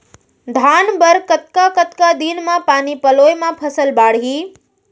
धान बर कतका कतका दिन म पानी पलोय म फसल बाड़ही?